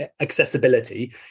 accessibility